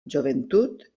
joventut